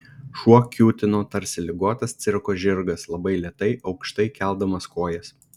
šuo kiūtino tarsi ligotas cirko žirgas labai lėtai aukštai keldamas kojas